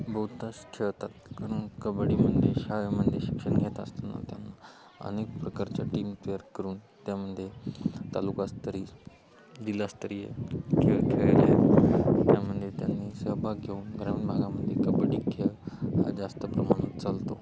बहुतांश खेळतात कारण कबड्डीमध्ये शाळेमध्ये शिक्षण घेत असताना त्यांना अनेक प्रकारच्या टीम तयार करून त्यामध्ये तालुकास्तरीय जिल्हास्तरीय खेळ खेळले आहेत त्यामध्ये त्यांनी सहभाग घेऊन ग्रामीण भागामध्ये कबड्डी खेळ हा जास्त प्रमाणत चालतो